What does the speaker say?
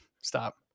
stop